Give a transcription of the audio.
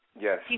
Yes